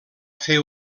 fer